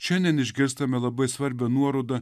šiandien išgirstame labai svarbią nuorodą